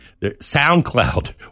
SoundCloud